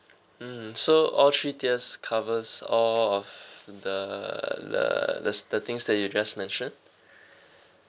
mm mm so all three tiers covers all of the the there's the things that you just mentioned